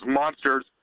monsters